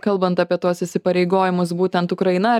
kalbant apie tuos įsipareigojimus būtent ukraina